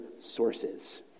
sources